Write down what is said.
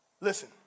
Listen